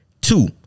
Two